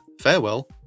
Farewell